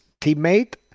teammate